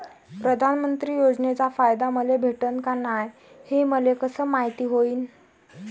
प्रधानमंत्री योजनेचा फायदा मले भेटनं का नाय, हे मले कस मायती होईन?